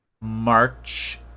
March